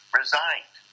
resigned